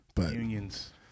Unions